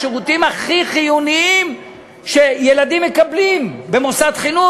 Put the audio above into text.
השירותים הכי חיוניים שילדים מקבלים במוסד חינוך?